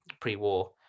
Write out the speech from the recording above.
pre-war